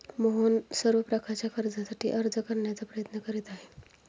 मोहन सर्व प्रकारच्या कर्जासाठी अर्ज करण्याचा प्रयत्न करीत आहे